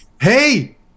hey